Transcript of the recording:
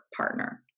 partner